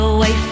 Away